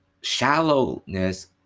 shallowness